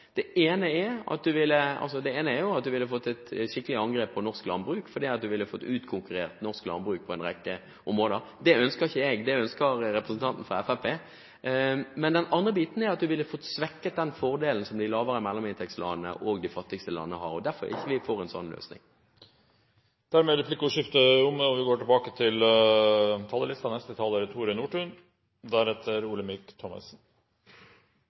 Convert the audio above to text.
Det ene er at man ville fått et skikkelig angrep på norsk landbruk, for man ville fått utkonkurrert norsk landbruk på en rekke områder. Det ønsker ikke jeg. Det ønsker representanten fra Fremskrittspartiet. Men den andre biten er at man ville fått svekket den fordelen som de lavere mellominntektslandene og de fattigste landene har. Derfor er ikke vi for en sånn løsning. Replikkordskiftet er omme. Nordområdene er regjeringens viktigste satsingsområde. Det har vært det for den sittende regjering, og det vil bli det framover. Den overordnede målsettingen er